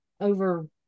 over